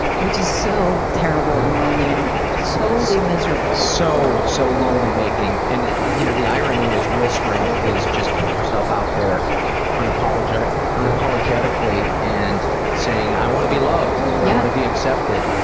which is so terrible and lonely and totally miserable. so, so lonelymaking. and you know the irony is that real strength is just putting yourself out there unapologetically unapologetically and saying, i want to be loved. i want to be accepted.